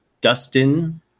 Dustin